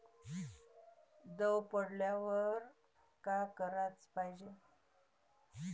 दव पडल्यावर का कराच पायजे?